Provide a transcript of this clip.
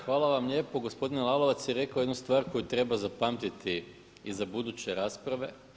Hvala vam lijepo Gospodin Lalovac je rekao jednu stvar koju treba zapamtiti i za buduće rasprave.